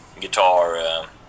guitar